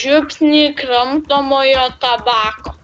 žiupsnį kramtomojo tabako